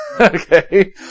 Okay